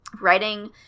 writing